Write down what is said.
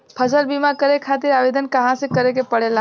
फसल बीमा करे खातिर आवेदन कहाँसे करे के पड़ेला?